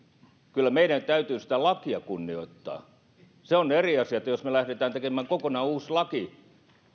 kyllä meidän täytyy sitä lakia kunnioittaa on eri asia jos lähdetään tekemään kokonaan uusi laki